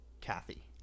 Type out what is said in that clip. Kathy